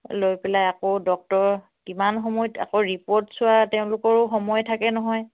লৈ পেলাই আকৌ ডক্তৰৰ কিমান সময়ত আকৌ ৰিপৰ্ট চোৱা তেওঁলোকৰো সময় থাকে নহয়